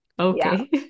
Okay